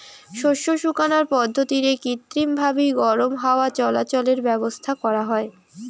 শস্য শুকানার পদ্ধতিরে কৃত্রিমভাবি গরম হাওয়া চলাচলের ব্যাবস্থা করা হয়